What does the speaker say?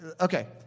okay